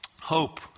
Hope